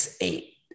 eight